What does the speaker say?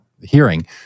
hearing